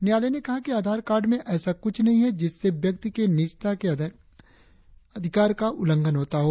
न्यायालय ने कहा है कि आधार कार्ड में ऐसा कुछ नहीं है जिससे व्यक्ति के नीजता की अधिकार का उलंघन होता हो